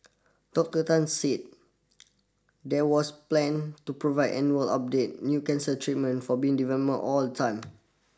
Doctor Tan said there was plan to provide annual update new cancer treatment for being developed all the time